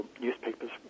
Newspapers